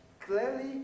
clearly